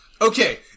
Okay